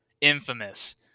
infamous